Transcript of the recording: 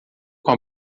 com